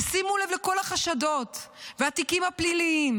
ושימו לב לכל החשדות והתיקים הפליליים,